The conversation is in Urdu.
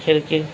کھڑکی